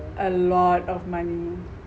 a lot of money